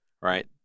right